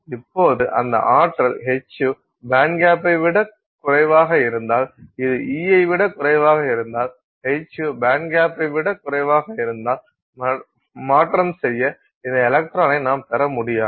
இப்போது அந்த ஆற்றல் hυ பேண்ட்கேப்பை விட குறைவாக இருந்தால் இது E ஐ விட குறைவாக இருந்தால் hυ பேண்ட்கேப்பை விட குறைவாக இருந்தால் மாற்றம் செய்ய இந்த எலக்ட்ரானை நாம் பெற முடியாது